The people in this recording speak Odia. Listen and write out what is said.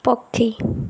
ପକ୍ଷୀ